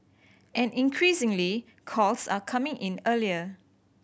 and increasingly calls are coming in earlier